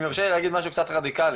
אם יורשה לי להגיד משהו קצת רדיקלי,